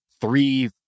three